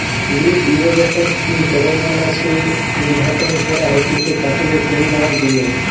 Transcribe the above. lift irrigation scheme Telangana তে উদ্ঘাটন করা হতিছে চাষিদের সুবিধার জিনে